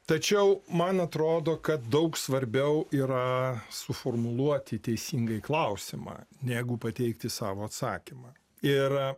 tačiau man atrodo kad daug svarbiau yra suformuluoti teisingai klausimą negu pateikti savo atsakymą ir